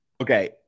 Okay